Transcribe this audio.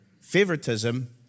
favoritism